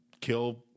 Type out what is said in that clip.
Kill